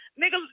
Niggas